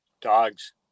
dogs